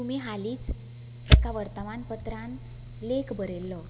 तुमी हालींच एका वर्तमान पत्रांत लेख बरयल्लो